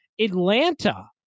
Atlanta